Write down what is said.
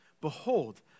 Behold